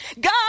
God